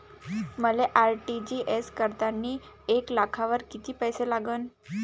मले आर.टी.जी.एस करतांनी एक लाखावर कितीक पैसे लागन?